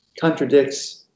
contradicts